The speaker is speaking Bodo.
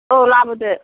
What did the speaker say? औ लाबोदो